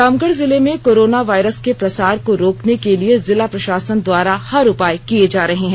रामगढ़ जिले में corona virus के प्रसार को रोकने के लिए जिला प्रशासन द्वारा हर उपाय किये जा रहे हैं